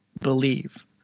believe